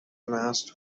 مغز